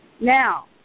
Now